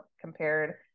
compared